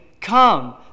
come